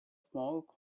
smoke